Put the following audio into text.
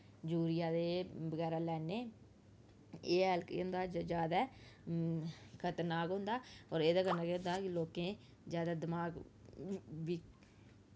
urea दे एह् बगैरा लैन्ने एह् हैल केह् होंदा ज्यादा खतरनाक होंदा होर एह्दे कन्नै केह् होंदा कि लोकें ज्यादा दमाक